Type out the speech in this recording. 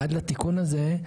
עד לתיקון הזה,